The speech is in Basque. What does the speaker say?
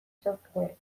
software